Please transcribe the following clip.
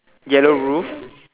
yellow roof